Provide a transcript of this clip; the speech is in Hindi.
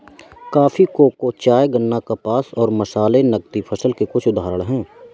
कॉफी, कोको, चाय, गन्ना, कपास और मसाले नकदी फसल के कुछ उदाहरण हैं